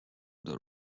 the